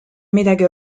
midagi